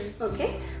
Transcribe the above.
Okay